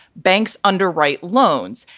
banks underwrite loans.